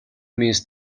miss